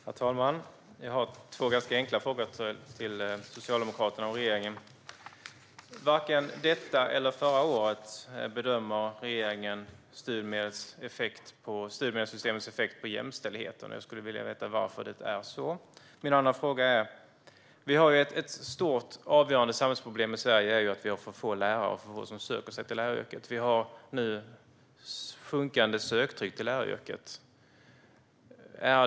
Herr talman! Jag har två ganska enkla frågor till Socialdemokraterna och regeringen. Varken i år eller förra året bedömer regeringen studiemedelssystemets effekt på jämställdheten. Jag vill veta varför det är så. Min andra fråga gäller ett stort och avgörande samhällsproblem i Sverige. Vi har för få lärare och för få som söker sig till läraryrket. Söktrycket till läraryrket sjunker.